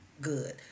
good